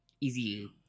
easy